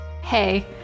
Hey